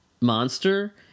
monster